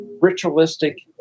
ritualistic